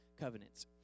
Covenants